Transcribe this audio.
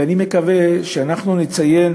ואני מקווה שאנחנו נציין